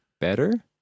better